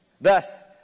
Thus